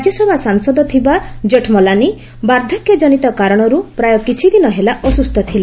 ରାଜ୍ୟସଭା ସାଂସଦ ଥିବା ଜେଠ୍ମଲାନୀ ବାର୍ଦ୍ଧକ୍ୟଜନିତ କାରଣରୁ ପ୍ରାୟ କିଛିଦିନ ହେଲା ଅସୁସ୍ଥ ଥିଲେ